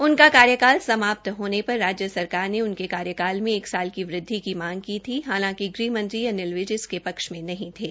उनका कार्यकाल समाप्त होने पर राज्य सरकार ने उनके कार्यकाल में एक साल की वृदधि की मांग की थी हालांकि गृहमंत्री अनिल विज इसके पक्ष में नहीं थे